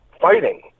fighting